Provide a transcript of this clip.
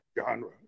genre